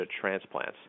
transplants